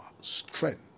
strength